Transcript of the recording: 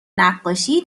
نقاشی